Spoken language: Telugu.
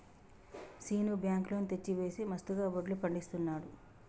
శీను బ్యాంకు లోన్ తెచ్చి వేసి మస్తుగా వడ్లు పండిస్తున్నాడు